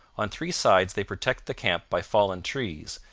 on three sides they protect the camp by fallen trees,